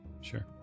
Sure